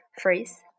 phrase